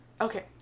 Okay